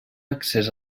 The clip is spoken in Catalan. accés